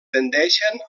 tendeixen